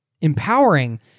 empowering